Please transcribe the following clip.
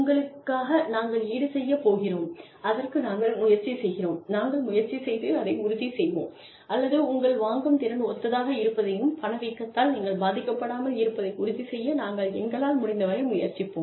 உங்களுக்காக நாங்கள் ஈடு செய்யப் போகிறோம் அதற்கு நாங்கள் முயற்சி செய்வோம் நாங்கள் முயற்சி செய்து அதை உறுதி செய்வோம் அல்லது உங்கள் வாங்கும் திறன் ஒத்ததாக இருப்பதையும் பண வீக்கத்தால் நீங்கள் பாதிக்கப்படாமல் இருப்பதை உறுதி செய்ய நாங்கள் எங்களால் முடிந்தவரை முயற்சிப்போம்